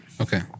Okay